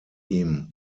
ihm